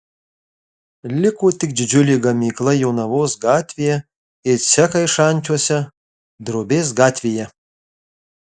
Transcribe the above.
liko tik didžiulė gamykla jonavos gatvėje ir cechai šančiuose drobės gatvėje